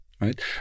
right